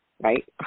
Right